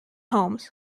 homes